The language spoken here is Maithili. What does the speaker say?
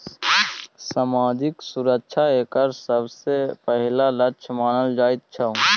सामाजिक सुरक्षा एकर सबसँ पहिल लक्ष्य मानल जाइत छै